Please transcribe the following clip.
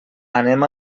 anem